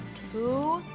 two,